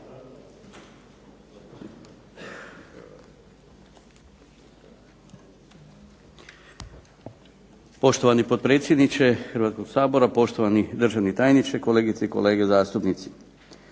Poštovani potpredsjedniče Hrvatskog sabora, poštovani državni tajniče, kolegice i kolege zastupnici.